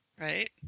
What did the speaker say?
Right